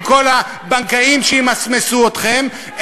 ועם כל הבנקאים שימסמסו אתכם,